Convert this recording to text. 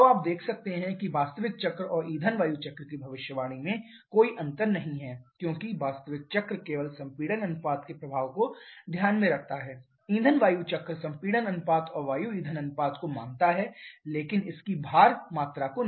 अब आप देख सकते हैं कि वास्तविक चक्र और ईंधन वायु चक्र की भविष्यवाणी में कोई अंतर नहीं है क्योंकि वास्तविक चक्र केवल संपीड़न अनुपात के प्रभाव को ध्यान में रखता है ईंधन वायु चक्र संपीड़न अनुपात और वायु ईंधन अनुपात को मानता है लेकिन इसकी भार मात्रा नहीं